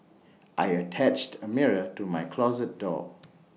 I attached A mirror to my closet door